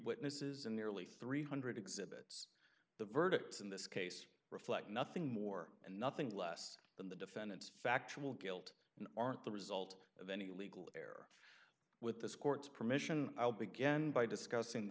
witnesses and nearly three hundred dollars exhibits the verdicts in this case reflect nothing more and nothing less than the defendant's factual guilt aren't the result of any legal with this court's permission i'll begin by discussing the